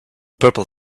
purple